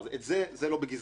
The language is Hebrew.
זה לא בגזרתי.